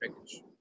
package